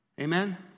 Amen